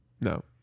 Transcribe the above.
No